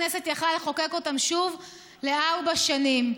הכנסת יכלה לחוקק אותם שוב לארבע שנים.